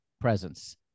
presence